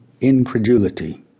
incredulity